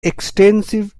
extensive